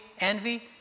envy